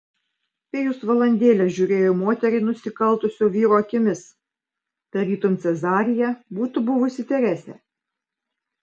pijus valandėlę žiūrėjo į moterį nusikaltusio vyro akimis tarytum cezarija būtų buvusi teresė